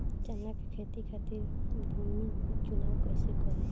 चना के खेती खातिर भूमी चुनाव कईसे करी?